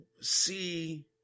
see